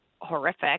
horrific